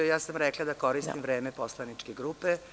Ja sam rekla da koristim vreme poslaničke grupe.